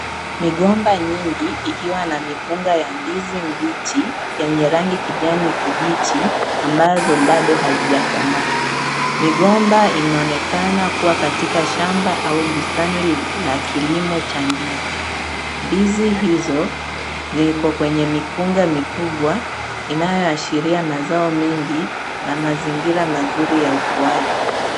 Migomba mingi ikiwa na mikunga ya ndizi mbichi yenye rangi kijani kibichi ambazo bado hazijakomaa. Migomba inaonekana kuwa katika shamba au bustani la kilimo cha ndizi. Ndizi hizo ziko kwenye mikunga mikubwa inayoashiria mazao mengi na mazingira mazuri ya ukuaji.